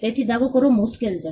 તેથી દાવો કરવો મુશ્કેલ છે